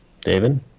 David